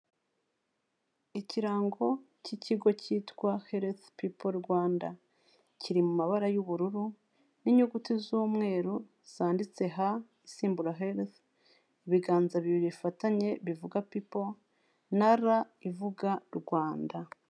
Ikirango cy'ikigo cyitwa "Healthy People Rwanda". Kiri mu mabara y'ubururu n'inyuguti z'umweru zanditse H isimbura "Health", ibiganza bibiri bifatanye bivuga "people", na R ivuga "Rwanda."